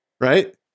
right